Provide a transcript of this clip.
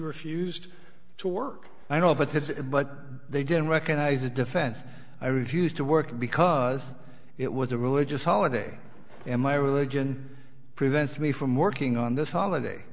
refused to work i know but there's a but they didn't recognize the defense i refused to work because it was a religious holiday and my religion prevents me from working on this holiday